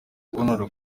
kuntora